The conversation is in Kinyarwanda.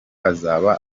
azaba